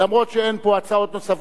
אומנם אין פה הצעות נוספות,